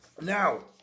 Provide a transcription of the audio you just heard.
now